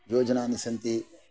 योजनानि सन्ति